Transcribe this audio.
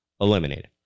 eliminated